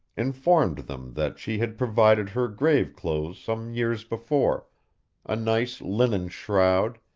informed them that she had provided her grave-clothes some years before a nice linen shroud,